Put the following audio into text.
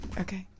Okay